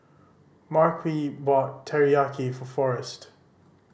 Marquise bought Teriyaki for Forest